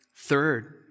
Third